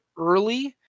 early